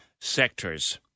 sectors